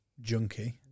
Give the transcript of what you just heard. junkie